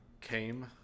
came